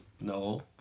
No